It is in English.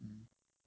mm